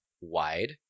wide